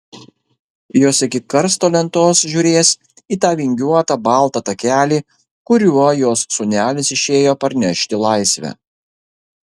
jos iki karsto lentos žiūrės į tą vingiuotą baltą takelį kuriuo jos sūnelis išėjo parnešti laisvę